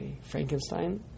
Frankenstein